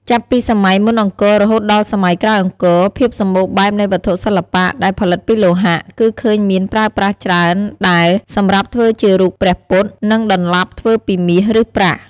ចាប់ពីសម័យមុនអង្គររហូតដល់សម័យក្រោយអង្គរ ភាពសម្បូរបែបនៃវត្ថុសិល្បៈ ដែលផលិតពីលោហៈ គឺឃើញមានប្រើប្រាស់ច្រើនដែលសម្រាប់ធ្វើជារូបព្រះពុទ្ធ និងដន្លាប់ធ្វើពីមាស ឬប្រាក់។